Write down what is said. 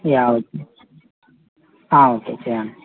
okay